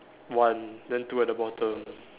one then two at the bottom